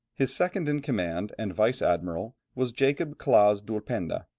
his second in command and vice-admiral was jacob claaz d'ulpenda,